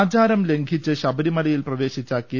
ആചാരം ലംഘിച്ച് ശബരിമലയിൽ പ്രവേശിച്ച കെ